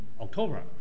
October